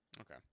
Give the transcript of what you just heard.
Okay